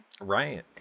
Right